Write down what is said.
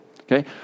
Okay